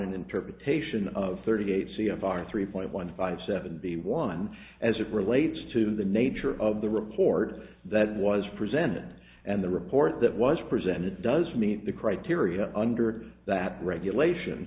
an interpretation of thirty eight c f r three point one five seven the one as it relates to the nature of the report that was presented and the report that was presented does meet the criteria under that regulation